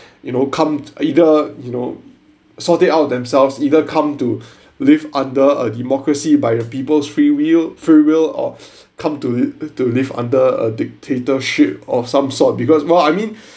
you know come either you know sort it out themselves either come to live under a democracy by the people's free will free will or come to to live under a dictatorship of some sort because I mean